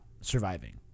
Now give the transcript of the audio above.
surviving